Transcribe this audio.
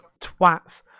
twats